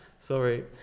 Sorry